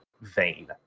vein